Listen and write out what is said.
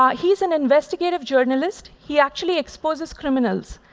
um he's an investigative journalist. he actually exposes criminals.